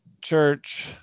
church